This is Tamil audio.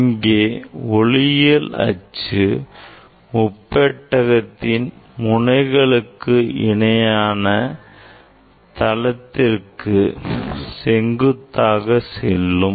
இங்கே ஒளியியல் அச்சு முப்பெட்டகத்தின் முனைகளுக்கு இணையான தளத்திற்கு செங்குத்தாக இருக்கும்